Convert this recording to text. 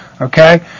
Okay